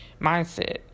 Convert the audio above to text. mindset